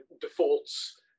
defaults